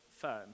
firm